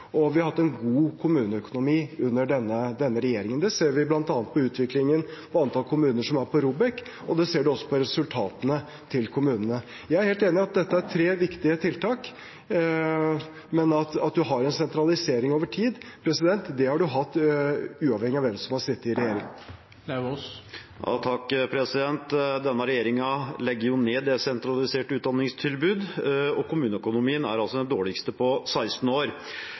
Og vi har hatt en god kommuneøkonomi under denne regjeringen. Det ser vi bl.a. på utviklingen av antall kommuner som er på ROBEK, og det ser man også på resultatene til kommunene. Jeg er helt enig i at dette er tre viktige tiltak. Det med at man har en sentralisering over tid: Det har man hatt uavhengig av hvem som har sittet i regjering. Stein Erik Lauvås – til oppfølgingsspørsmål. Denne regjeringen legger ned desentraliserte utdanningstilbud, og kommuneøkonomien er altså den dårligste på 16 år.